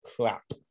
crap